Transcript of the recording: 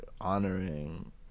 honoring